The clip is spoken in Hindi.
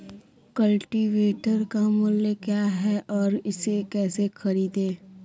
कल्टीवेटर का मूल्य क्या है और इसे कैसे खरीदें?